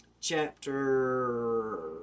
chapter